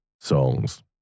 songs